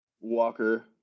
Walker